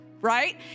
right